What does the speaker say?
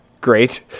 great